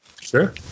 sure